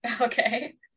Okay